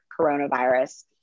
coronavirus